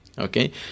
Okay